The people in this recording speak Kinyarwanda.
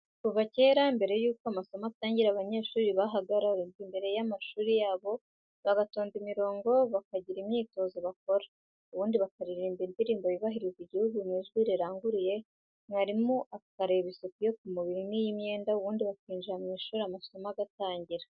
Kuva kera, mbere y'uko amasomo atangira, abanyeshuri bahagararaga imbere y'amashuri yabo, bagatonda imirongo, bakagira imyitozo bakora, ubundi bakaririmba indirimbo yubahiriza igihugu mu ijwi riranguruye, mwarimu akareba isuku yo ku mubiri n'iy'imyenda, ubundi bakinjira mu ishuri amasomo agatangira.